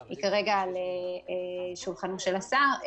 היא כרגע על שולחנו של השר.